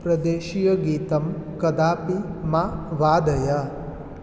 प्रदेशीयगीतं कदापि मा वादय